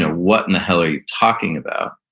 ah what in the hell are you talking about?